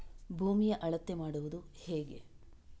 ಭೂಮಿಯ ಅಳತೆ ಮಾಡುವುದು ಹೇಗೆ?